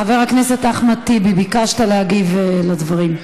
חבר הכנסת אחמד טיבי, ביקשת להגיב על הדברים.